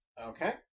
Okay